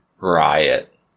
riot